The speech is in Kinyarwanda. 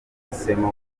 uhisemo